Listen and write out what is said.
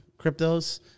cryptos